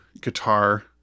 guitar